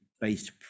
based